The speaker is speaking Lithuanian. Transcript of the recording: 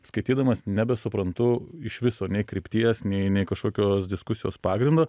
skaitydamas nebesuprantu iš viso nei krypties nei kažkokios diskusijos pagrindo